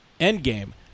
Endgame